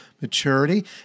maturity